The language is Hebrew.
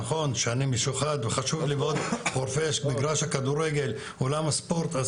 נכון שאני משם וחשוב לי מאוד מגרש הכדורגל ואולם הספורט.